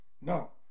No